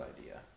idea